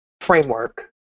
framework